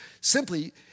simply